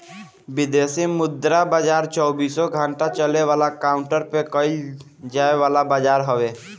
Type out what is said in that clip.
विदेशी मुद्रा बाजार चौबीसो घंटा चले वाला काउंटर पे कईल जाए वाला बाजार हवे